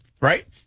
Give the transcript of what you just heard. right